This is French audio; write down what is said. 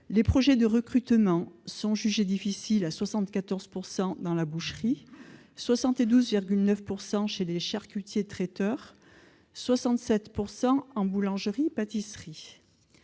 les projets de recrutement sont jugés difficiles à 74 % dans la boucherie, à 72,9 % chez les charcutiers-traiteurs, à 67 % en boulangerie-pâtisserie.